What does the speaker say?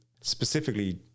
specifically